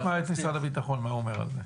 תכף נשמע את משרד הביטחון, מה אומר על זה.